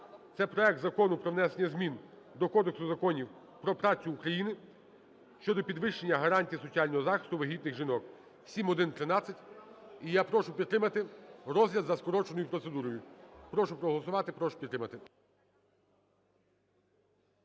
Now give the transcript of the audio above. Це проект Закону про внесення змін до Кодексу законів про працю України щодо підвищення гарантій соціального захисту вагітних жінок (7113). І я прошу підтримати розгляд за скороченою процедурою. Прошу проголосувати, прошу підтримати.